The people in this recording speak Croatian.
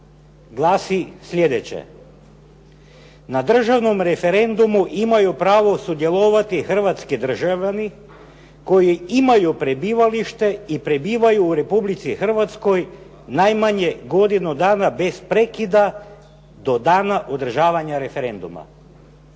glasi sljedeće: "na državnom referendumu imaju pravo sudjelovati hrvatski državljani koji imaju prebivalište i prebivaju u Republici Hrvatskoj najmanje godinu dana bez prekida do dana održavanja referenduma".